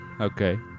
Okay